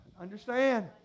Understand